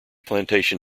plantation